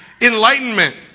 enlightenment